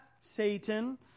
Satan